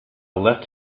left